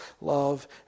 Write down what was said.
love